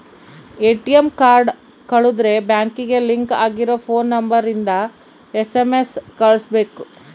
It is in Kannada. ಎ.ಟಿ.ಎಮ್ ಕಾರ್ಡ್ ಕಳುದ್ರೆ ಬ್ಯಾಂಕಿಗೆ ಲಿಂಕ್ ಆಗಿರ ಫೋನ್ ನಂಬರ್ ಇಂದ ಎಸ್.ಎಮ್.ಎಸ್ ಕಳ್ಸ್ಬೆಕು